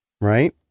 right